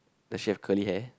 does she have curly hair